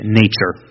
nature